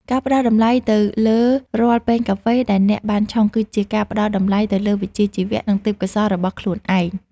ការផ្តល់តម្លៃទៅលើរាល់ពែងកាហ្វេដែលអ្នកបានឆុង គឺជាការផ្តល់តម្លៃទៅលើវិជ្ជាជីវៈ និងទេពកោសល្យរបស់ខ្លួនឯង។